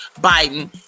Biden